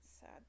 Sad